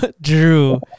Drew